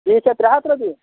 fees چھا ترٛےٚ ہَتھ رۄپیہِ